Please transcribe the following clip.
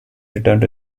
returned